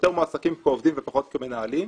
יותר מועסקים כעובדים ופחות כמנהלים,